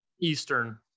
Eastern